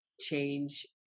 change